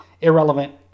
irrelevant